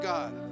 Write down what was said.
God